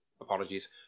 Apologies